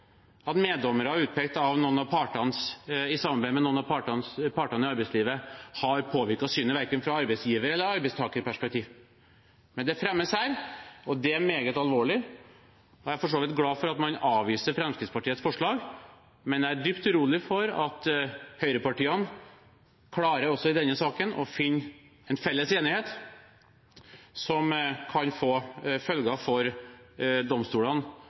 at meddommere utpekt av noen av partene i arbeidslivet har påvirket synet, verken fra et arbeidsgiver- eller et arbeidstakerperspektiv. Men det fremmes her, og det er meget alvorlig. Jeg er for så vidt glad for at man avviser Fremskrittspartiets forslag, men jeg er dypt urolig for at høyrepartiene også i denne saken klarer å finne en felles enighet som kan få følger for domstolene